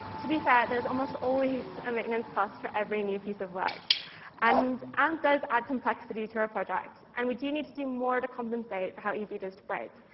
to be fair, there is almost always a maintenance cost for every new piece of work and amp does add complexity to our project. and we do need to do more to compensate for how easy it is to break.